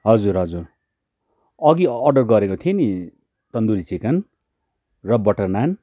हजुर हजुर अघि अर्डर गरेको थिएँ नि तन्दुरी चिकन र बटर नान